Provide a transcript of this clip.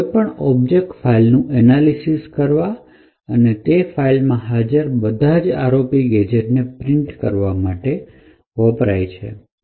તે કોઈપણ object file નું અનાલિસિસ કરવા તથા તે ફાઇલમાં હાજર બધા જ ROP ગેજેટને પ્રિન્ટ કરવા માટે વપરાય છે